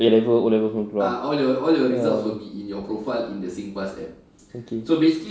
A level O level semua keluar a'ah okay